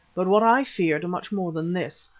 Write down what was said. but what i feared much more than this,